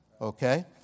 Okay